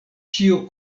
ĉio